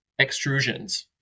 extrusions